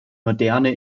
moderne